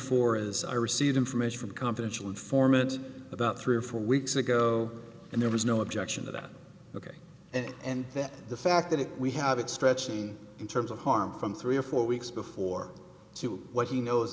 four as i received information from confidential informant about three or four weeks ago and there was no objection to that ok and and that the fact that we have it stretching in terms of harm from three or four weeks before to what he knows